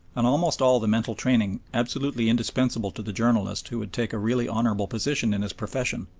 and almost all the mental training absolutely indispensable to the journalist who would take a really honourable position in his profession.